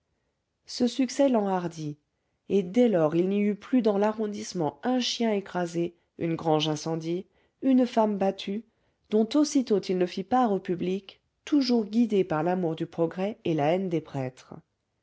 ce succès l'enhardit et dès lors il n'y eut plus dans l'arrondissement un chien écrasé une grange incendiée une femme battue dont aussitôt il ne fît part au public toujours guidé par l'amour du progrès et la haine des prêtres